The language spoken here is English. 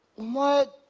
what